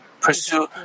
pursue